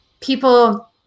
people